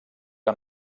que